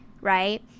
right